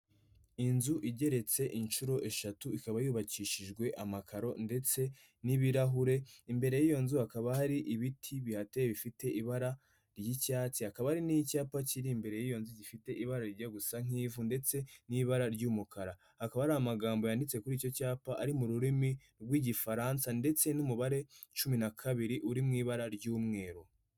Inzu igeretse inshuro eshatu ikaba yubakishijwe amakaro ndetse n'ibirahure imbere y'iyo nzu hakaba hari ibiti bihateye bifite ibara ry'icyatsi hakaba hari n'icyapa kiri imbere y'iyo nzu gifite ibara rijya gusa nk'ivu ndetse n'ibara ry'umukara akaba ari amagambo yanditse kuri icyo cyapa ari mu rurimi rw'igifaransa ndetse n'umubare cumi naka kabiri uri mu ibara ry'umweru.